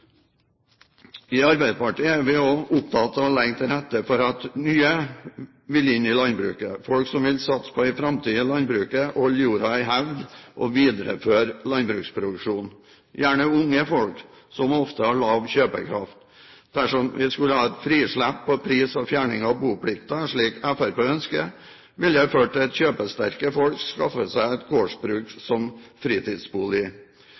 I Arbeiderpartiet er vi også opptatt av å legge til rette for nye som vil inn i landbruk, folk som vil satse på en framtid i landbruket, holde jorda i hevd og videreføre landbruksproduksjonen, gjerne unge folk, som ofte har lav kjøpekraft. Dersom vi skulle ha et frislipp på pris og fjerning av boplikten, slik Fremskrittspartiet ønsker, ville det føre til at kjøpesterke folk skaffer seg et gårdsbruk som fritidsbolig.